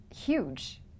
huge